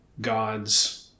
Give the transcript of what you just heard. God's